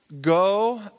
Go